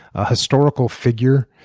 a historical figure?